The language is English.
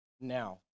now